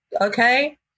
Okay